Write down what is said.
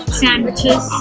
sandwiches